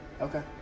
Okay